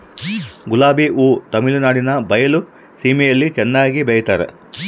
ಗುಲಾಬಿ ಹೂ ತಮಿಳುನಾಡಿನ ಬಯಲು ಸೀಮೆಯಲ್ಲಿ ಚೆನ್ನಾಗಿ ಬೆಳಿತಾರ